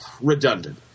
redundant